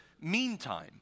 meantime